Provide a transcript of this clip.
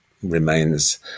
remains